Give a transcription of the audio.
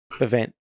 event